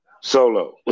Solo